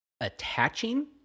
attaching